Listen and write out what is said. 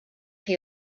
chi